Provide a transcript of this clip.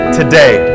today